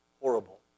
horrible